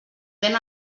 ven